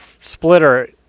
splitter